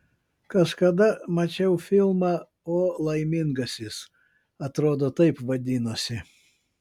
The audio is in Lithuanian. kažkada mačiau filmą o laimingasis atrodo taip vadinosi